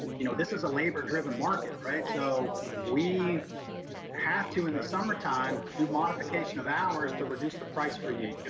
you know, this is a labor driven market, right? so we have to in the summertime do modification of ours, to reduce the price for you.